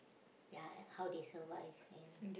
ya how they survive and